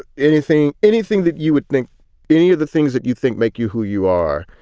anything, anything that you would think any of the things that you think make you who you are.